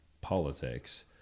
politics